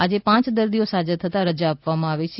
આજે પાંચ દર્દીઓ સાજા થતાં રજા આપવામાં આવી છે